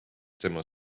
tema